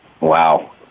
Wow